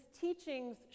teachings